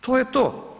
To je to.